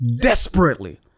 desperately